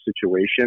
situation